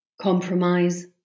compromise